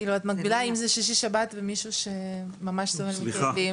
כאילו את מגבילה אם זה שישי שבת וזה מישהו שממש סובל מכאבים,